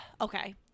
okay